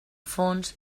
fons